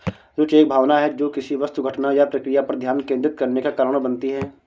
रूचि एक भावना है जो किसी वस्तु घटना या प्रक्रिया पर ध्यान केंद्रित करने का कारण बनती है